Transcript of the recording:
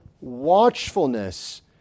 watchfulness